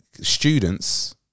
students